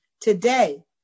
today